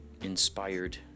inspired